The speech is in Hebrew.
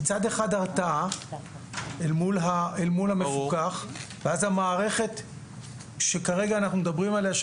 מצד אחד התרעה אל מול המפוקח ואז המערכת שכרגע אנחנו מדברים עליה,